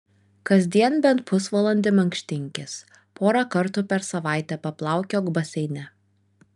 kasdien bent pusvalandį mankštinkis porą kartų per savaitę paplaukiok baseine